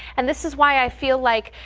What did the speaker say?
and this is why i feel like.